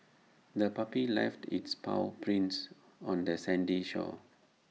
the puppy left its paw prints on the sandy shore